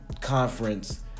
conference